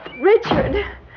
Richard